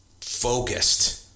focused